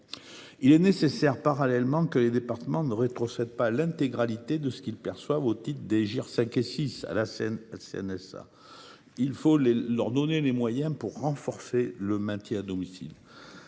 aussi nécessaire, parallèlement, que les départements ne rétrocèdent pas à la CNSA l’intégralité de ce qu’ils perçoivent au titre des GIR 5 et 6. Il faut leur donner les moyens de renforcer le maintien à domicile.